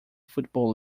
football